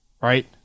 Right